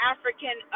African